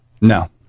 No